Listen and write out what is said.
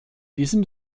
diesem